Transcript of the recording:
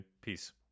peace